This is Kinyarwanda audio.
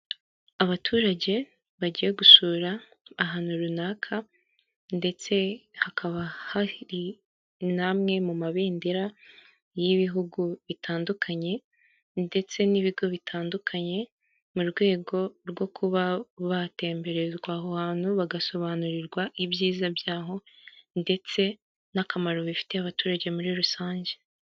Abaturage bagiye gusura ahantu runaka ndetse hakaba hari n'amwe mu mabendera y'ibihugu bitandukanye, ndetse n'ibigo bitandukanye, mu rwego rwo kuba batembererwa aho hantu bagasobanurirwa ibyiza byaho ndetse n'akamaro bifitiye abaturage muri rusange.